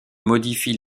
modifie